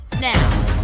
now